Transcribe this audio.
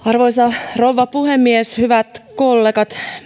arvoisa rouva puhemies hyvät kollegat